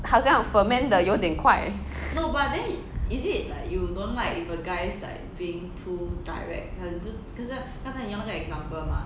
好像 ferment 得有点快